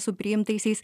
su priimtaisiais